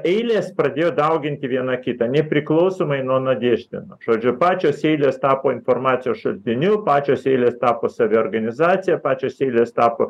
eilės pradėjo dauginti viena kitą nepriklausomai nuo nadeždino žodžiu pačios eilės tapo informacijos šaltiniu pačios eilės tapo saviorganizacijapačios eilės tapo